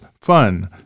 fun